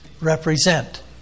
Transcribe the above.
represent